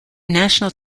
national